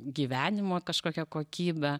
gyvenimo kažkokią kokybę